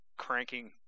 cranking